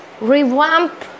revamp